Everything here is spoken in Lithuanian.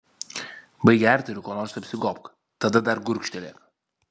baik gerti ir kuo nors apsigobk tada dar gurkštelėk